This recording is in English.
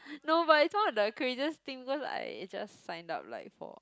no but it's one of the craziest thing because I just signed up like for